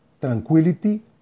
tranquility